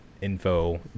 info